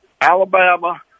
Alabama